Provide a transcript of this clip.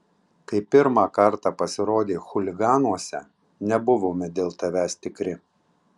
kai pirmą kartą pasirodei chuliganuose nebuvome dėl tavęs tikri